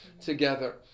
together